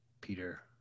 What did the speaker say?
Peter